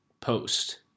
Post